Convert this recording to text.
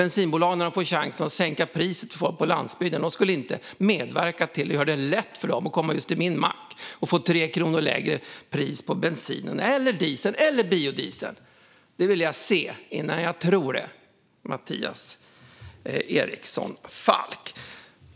Bensinbolagen får ju chans att sänka priset för folk på landsbygden; skulle de då inte medverka till att göra det lätt för dem att komma just till deras mack och få 3 kronor lägre pris på bensin, diesel eller biodiesel? Det vill jag se innan jag tror det, Mattias Eriksson Falk!